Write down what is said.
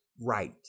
right